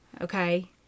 okay